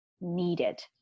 needed